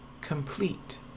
complete